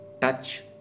Touch